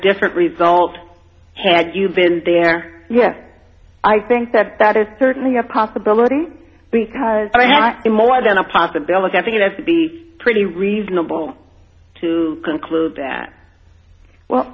different result had you been there yes i think that that is certainly a possibility because i have it more than a possibility i think it has to be pretty reasonable to conclude that well